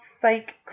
psych